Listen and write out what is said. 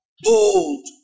bold